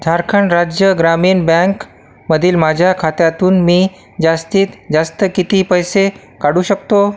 झारखंड राज्य ग्रामीण बँकेमधील माझ्या खात्यातून मी जास्तीत जास्त किती पैसे काढू शकतो